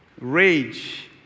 rage